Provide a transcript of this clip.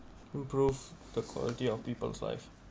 improve the quality of people's life